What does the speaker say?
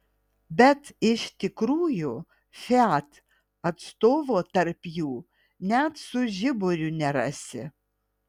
bet iš tikrųjų fiat atstovo tarp jų net su žiburiu nerasi